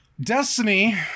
Destiny